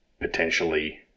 potentially